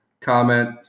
comment